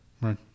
Right